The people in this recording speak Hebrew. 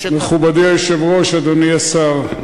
מכובדי היושב-ראש, אדוני השר,